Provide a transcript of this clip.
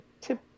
tip